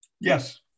Yes